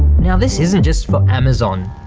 now this isn't just for amazon,